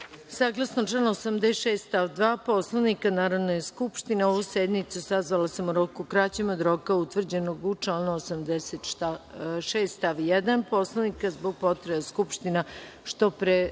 Lazić. Saglasno članu 86. stav 2. Poslovnika Narodne skupštine ovu sednicu sazvala sam u roku kraćem od roka utvrđenog u članu 86. stav 1. Poslovnika zbog potrebe Skupština što pre